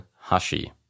Hashi